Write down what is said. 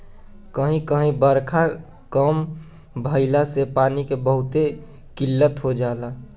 कही कही बारखा कम भईला से पानी के बहुते किल्लत हो जाला